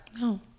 no